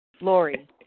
Lori